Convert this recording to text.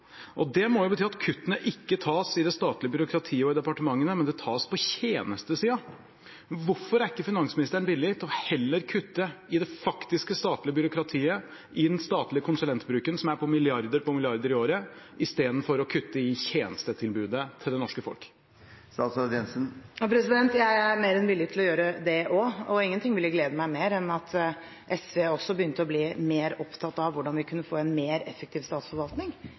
Det må bety at kuttene ikke tas i det statlige byråkratiet og i departementene, men tas på tjenestesiden. Hvorfor er ikke finansministeren villig til heller å kutte i det faktiske statlige byråkratiet, i den statlige konsulentbruken som er på milliarder på milliarder i året, istedenfor å kutte i tjenestetilbudet til det norske folk? Jeg er mer enn villig til å gjøre det også, og ingenting ville glede meg mer enn at SV også begynte å bli mer opptatt av hvordan vi kan få en mer effektiv statsforvaltning.